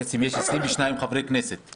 בעצם יש 22 חברי כנסת שוויתרו.